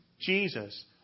Jesus